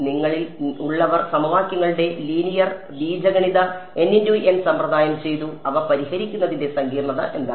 നിങ്ങളിൽ ഉള്ളവർ സമവാക്യങ്ങളുടെ ലീനിയർ ബീജഗണിത സമ്പ്രദായം ചെയ്തു അവ പരിഹരിക്കുന്നതിന്റെ സങ്കീർണ്ണത എന്താണ്